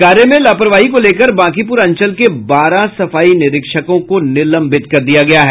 कार्य में लापरवाही को लेकर बांकीपुर अंचल के बारह सफाई निरीक्षकों को निलंबित कर दिया गया है